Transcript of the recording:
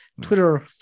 Twitter